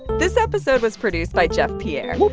this episode was produced by jeff pierre.